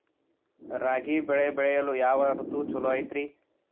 ರಾಗಿ ಬೆಳೆ ಬೆಳೆಯಲು ಯಾವ ಋತು ಛಲೋ ಐತ್ರಿ?